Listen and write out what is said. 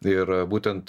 ir būtent